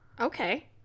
Okay